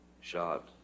shot